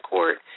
Court